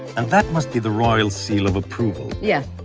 and that must be the royal seal of approval yeah.